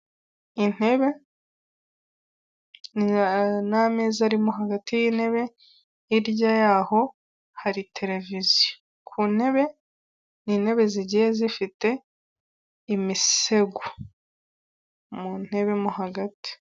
Intebe n'ameza arimo hagati y'intebe hirya yaho hari televiziyo, ku ntebe n'intebe zigiye zifite imisego mu ntebe mo hagati.